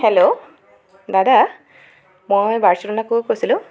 hello দাদা মই কৈছিলো